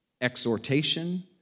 exhortation